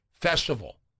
festival